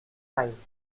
line